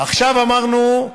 עכשיו אמרנו,